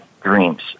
dreams